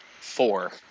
Four